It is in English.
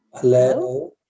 Hello